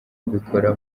mbikora